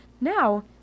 Now